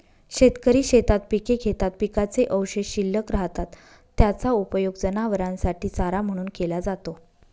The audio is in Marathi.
शेतकरी शेतात पिके घेतात, पिकाचे अवशेष शिल्लक राहतात, त्याचा उपयोग जनावरांसाठी चारा म्हणून केला जातो